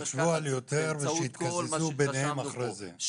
--- תחשבו על יותר ושיתקזזו ביניהם אחרי זה.